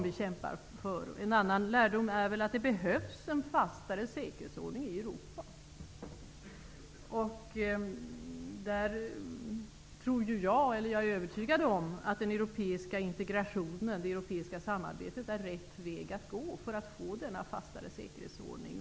En annan lärdom är att det behövs en fastare säkerhetsordning i Europa. Jag är övertygad om att den europeiska integrationen, det europeiska samarbetet är rätt väg att gå för att åstadkomma denna fastare säkerhetsordning.